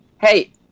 Hey